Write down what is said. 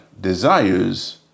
desires